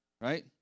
right